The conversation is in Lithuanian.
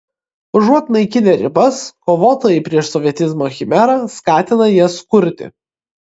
užuot naikinę ribas kovotojai prieš sovietizmo chimerą skatina jas kurti